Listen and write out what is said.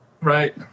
Right